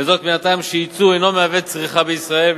וזאת מן הטעם שיצוא אינו מהווה צריכה בישראל,